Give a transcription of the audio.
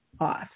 off